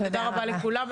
תודה רבה לכולם.